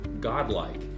Godlike